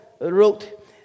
wrote